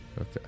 Okay